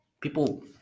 people